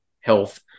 health